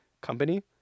company